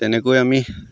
তেনেকৈ আমি